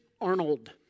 Arnold